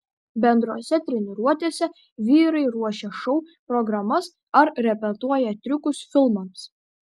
bendrose treniruotėse vyrai ruošia šou programas ar repetuoja triukus filmams